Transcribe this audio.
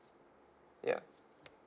yup